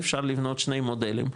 אפשר לבנות שני מודלים,